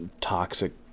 toxic